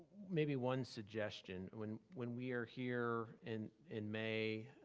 maybe one suggestion. when when we are here and in may,